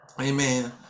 Amen